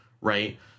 right